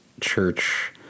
church